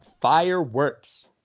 Fireworks